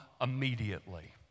immediately